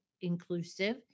inclusive